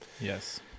yes